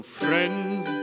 friends